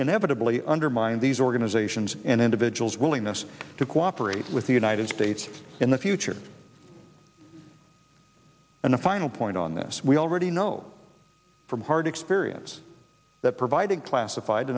inevitably undermine these organizations and individuals willingness to cooperate with the united states in the future and a final point on this we already know from hard experience that providing classified